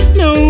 no